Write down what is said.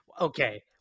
Okay